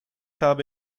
habe